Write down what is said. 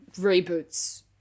reboots